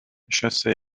chassait